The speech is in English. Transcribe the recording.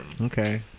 Okay